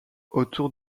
autour